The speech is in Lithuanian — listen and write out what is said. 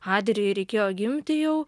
adrijui reikėjo gimti jau